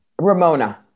Ramona